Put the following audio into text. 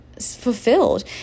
fulfilled